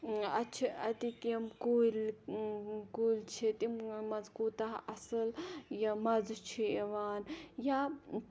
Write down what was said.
اَتہِ چھِ اَتِکۍ یِم کُلۍ کُلۍ چھِ تِم مان ژٕ کوٗتاہ اصل یہِ مَزٕ چھُ یِوان یا